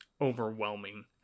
overwhelming